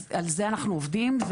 על זה אנחנו עובדים.